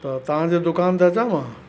त तव्हांजे दुकान ते अचा मां